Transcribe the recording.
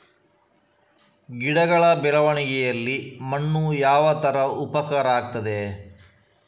ಗಿಡಗಳ ಬೆಳವಣಿಗೆಯಲ್ಲಿ ಮಣ್ಣು ಯಾವ ತರ ಉಪಕಾರ ಆಗ್ತದೆ?